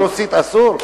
ברוסית אסור?